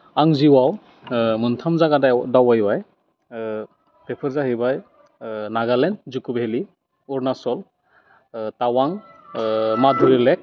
आं जिउआव मोनथाम जायगा दावबायबाय बेफोर जाहैबाय नागालेण्ड जुक' भेलि अरुनाचल टावां माधुरि लेक